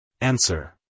Answer